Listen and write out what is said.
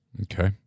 Okay